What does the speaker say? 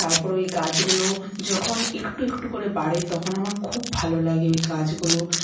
তারপরে ওই গাছগুলো যখন একটু একটু করে বারে তখন আমার খুব ভালো লাগে ওই গাছগুলো